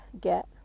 get